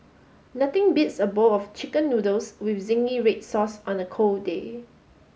nothing beats a bowl of chicken noodles with zingy red sauce on a cold day